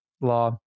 law